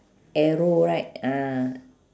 arrow right ah